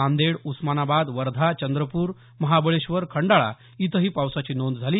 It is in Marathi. नांदेड उस्मानाबाद वर्धा चंद्रपूर महाबळेश्वर खंडाळा इथही पावसाची नोंद झाली